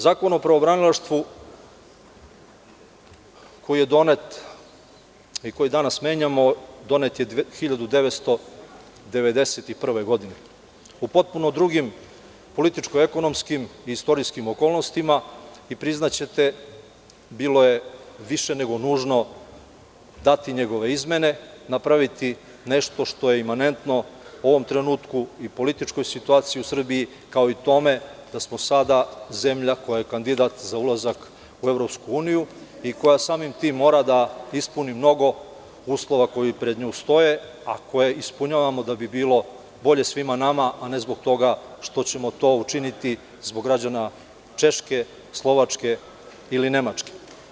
Zakon o pravobranilaštvu, koji je donet i koji danas menjamo, donet je 1991. godine, u potpuno drugim političko-ekonomskim i istorijskim okolnostima i priznaćete, bilo je više nego nužno dati njegove izmene, napraviti nešto što je imanentno ovom trenutku i političkoj situaciji u Srbiji, kao i tome da smo sada zemlja koja je kandidat za ulazak u EU i koja samim tim mora da ispuni mnogo uslova koji pred njom stoje, a koje ispunjavamo da bi bilo bolje svima nama, a ne zbog toga što ćemo to učiniti zbog građana Češke, Slovačke ili Nemačke.